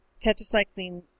tetracycline